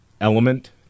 element